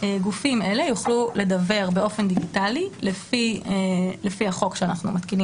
גופים אלה יוכלו לדוור באופן דיגיטלי לפי החוק שאנחנו מתקינים